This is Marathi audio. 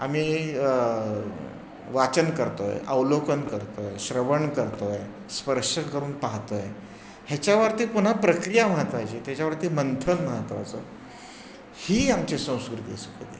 आम्ही वाचन करतो आहे अवलोकन करतो आहे श्रवण करतो आहे स्पर्श करून पाहतो आहे ह्याच्यावरती पुन्हा प्रक्रिया महत्त्वाची त्याच्यावरती मंथन महत्त्वाचं ही आमची संस्कृती